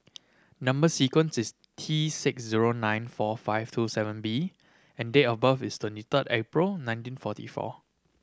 number sequence is T six zero nine four five two seven B and date of birth is twenty third April nineteen forty four